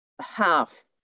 half